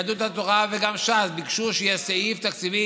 יהדות התורה וגם ש"ס ביקשו שיהיה סעיף תקציבי